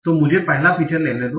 तो मुझे पहला फीचर लेने दो